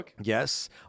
Yes